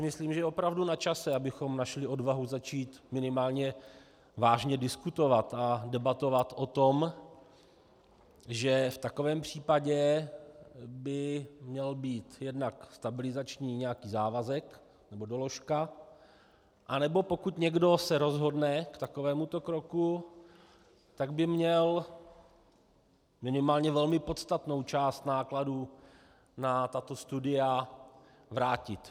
Myslím si, že je opravdu načase, abychom našli odvahu začít minimálně vážně diskutovat a debatovat o tom, že v takovém případě by měl být jednak nějaký stabilizační závazek nebo doložka, anebo pokud se někdo rozhodne k takovémuto kroku, tak by měl minimálně velmi podstatnou část nákladů na tato studia vrátit.